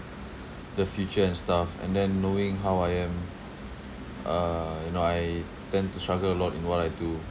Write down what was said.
the future and stuff and then knowing how I am uh you know I tend to struggle a lot in what I do